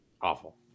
Awful